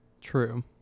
True